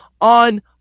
on